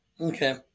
Okay